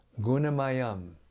gunamayam